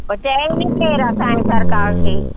पोइ चइनि केरु असांजे सरकार खे